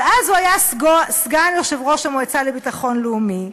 אז הוא היה סגן יושב-ראש המועצה לביטחון לאומי.